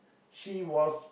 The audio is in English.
she was